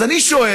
אז אני שואל: